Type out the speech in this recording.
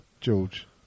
George